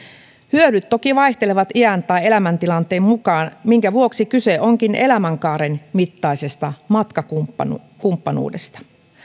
hyödyt toki vaihtelevat iän tai elämäntilanteen mukaan minkä vuoksi kyse onkin elämänkaaren mittaisesta matkakumppanuudesta